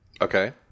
Okay